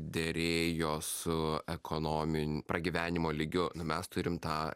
derėjo su ekonomin pragyvenimo lygiu nu mes turim tą